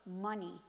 money